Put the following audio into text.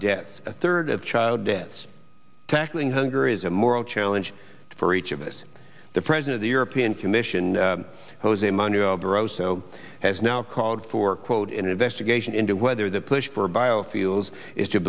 deaths a third of child deaths tackling hunger is a moral challenge for each of us the president the european commission jose manuel barroso has now called for quote an investigation into whether the push for